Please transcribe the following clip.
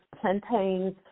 plantains